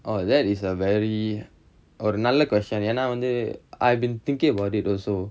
oh that is a very ஒரு நல்ல:oru nalla question ஏனா வந்து:yaenaa vanthu I've been thinking about it also